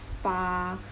spa